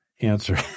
answer